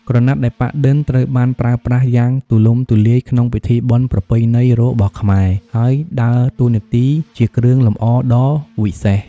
ក្រណាត់ដែលប៉ាក់-ឌិន ត្រូវបានប្រើប្រាស់យ៉ាងទូលំទូលាយក្នុងពិធីបុណ្យប្រពៃណីរបស់ខ្មែរ ហើយដើរតួនាទីជាគ្រឿងលម្អដ៏វិសេស។